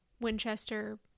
Winchester